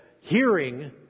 hearing